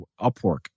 Upwork